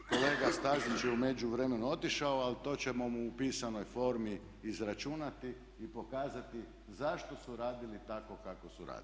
Kolega Stazić je u međuvremenu otišao ali to ćemo mu u pisanoj formi izračunati i pokazati zašto su radili tako kako su radili.